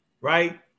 right